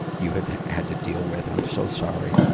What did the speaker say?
you have had to deal with. i'm so sorry.